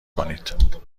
کنید